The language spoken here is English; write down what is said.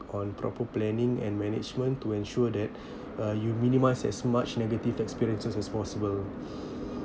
on proper planning and management to ensure that uh you minimise as much negative experiences as possible